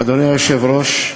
אדוני היושב-ראש,